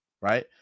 right